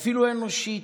ואפילו אנושית,